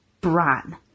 Bran